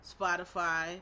Spotify